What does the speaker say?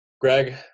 Greg